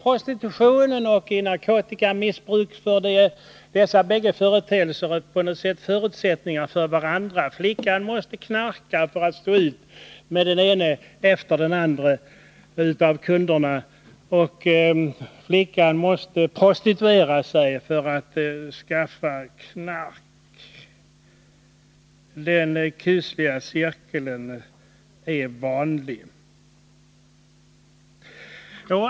Prostitution och narkotikamissbruk är också på något sätt förutsättningar för varandra: flickan måste knarka för att stå ut med den ene efter den andre av kunderna, och hon måste prostituera sig för att kunna skaffa knark. Den kusliga cirkeln är mycket vanlig.